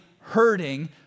hurting